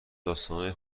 داستانای